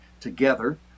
together